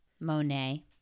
Monet